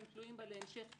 הם תלויים בה להמשך קידום,